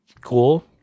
cool